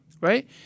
Right